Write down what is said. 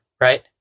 right